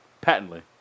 Patently